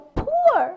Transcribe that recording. poor